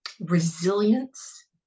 resilience